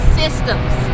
systems